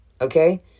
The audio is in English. okay